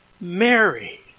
Mary